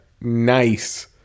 nice